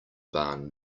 barn